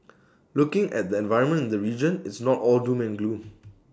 looking at the environment in the region it's not all doom and gloom